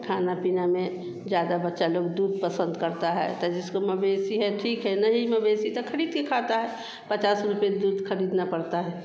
खाने पीने में ज़्यादा बच्चे लोग दूध पसंद करते हैं तो जिसको मवेशी हैं ठीक है नहीं मवेशी तो ख़रीद के खाते हैं पचास रुपये दूध ख़रीदना पड़ता है